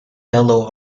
belo